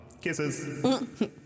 Kisses